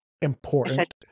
important